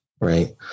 Right